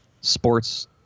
sports